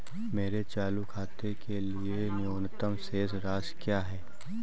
मेरे चालू खाते के लिए न्यूनतम शेष राशि क्या है?